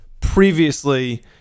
previously